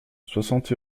soixante